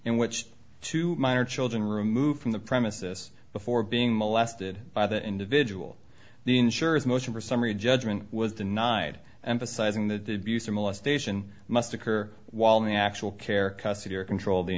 in which two minor children removed from the premises before being molested by the individual the insurance motion for summary judgment was denied emphasizing the busa molest ation must occur while the actual care custody or control the